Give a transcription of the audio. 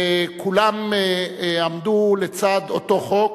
וכולם עמדו לצד אותו חוק,